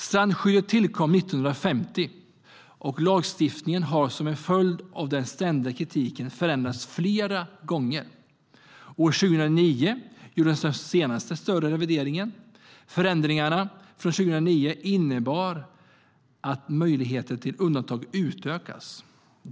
Strandskyddet tillkom 1950, och lagstiftningen har som en följd av den ständiga kritiken förändrats flera gånger. År 2009 gjordes den senaste större revideringen. Förändringarna från 2009 innebar att möjligheterna till undantag utökades.